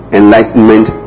enlightenment